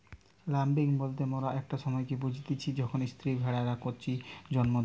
lambing বলতে মোরা একটা সময়কে বুঝতিচী যখন স্ত্রী ভেড়ারা কচি জন্ম দেয়